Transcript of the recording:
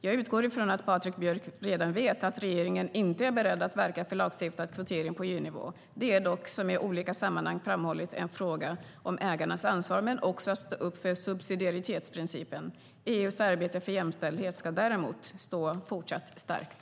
Jag utgår ifrån att Patrik Björck redan vet att regeringen inte är beredd att verka för lagstiftad kvotering på EU-nivå. Det är dock - som jag i olika sammanhang framhållit - en fråga om ägarnas ansvar, men också en fråga om att stå upp för subsidiaritetsprincipen. EU:s arbete för jämställdhet ska däremot stå fortsatt starkt.